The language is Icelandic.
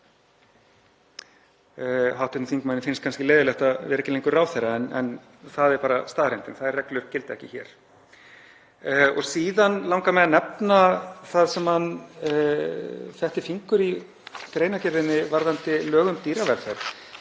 Hv. þingmanni finnst kannski leiðinlegt að vera ekki lengur ráðherra en það er bara staðreyndin. Þær reglur gilda ekki hér. Síðan langar mig að nefna það sem hann fettir fingur út í í greinargerðinni varðandi lög um dýravelferð.